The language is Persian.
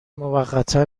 موقتا